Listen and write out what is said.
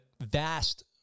vast